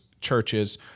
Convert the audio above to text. churches